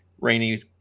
rainy